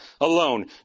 alone